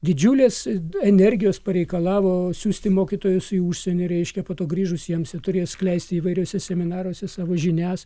didžiulės energijos pareikalavo siųsti mokytojus į užsienį reiškia po to grįžus jiems turėjo skleisti įvairiuose seminaruose savo žinias